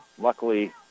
Luckily